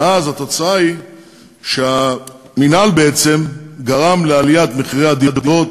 ואז התוצאה היא שהמינהל בעצם גרם לעליית מחירי הדירות